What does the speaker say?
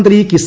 മന്ത്രി കെ